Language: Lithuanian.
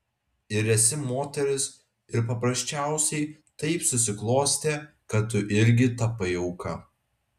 ir esi moteris ir paprasčiausiai taip susiklostė kad tu irgi tapai auka